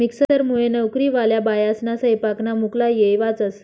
मिक्सरमुये नवकरीवाल्या बायास्ना सैपाकना मुक्ला येय वाचस